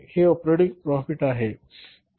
हे operating profit आहे बरोबर